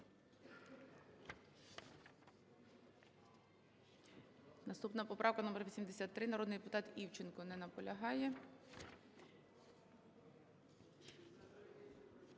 Наступна поправка - номер 83, народний депутат Івченко. Не наполягає.